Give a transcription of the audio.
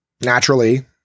naturally